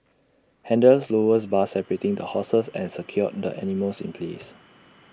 handlers lowered bars separating the horses and secured the animals in place